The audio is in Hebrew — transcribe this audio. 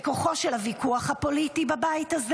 בכוחו של הוויכוח הפוליטי בבית הזה.